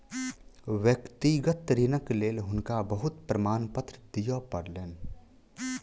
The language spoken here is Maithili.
व्यक्तिगत ऋणक लेल हुनका बहुत प्रमाणपत्र दिअ पड़लैन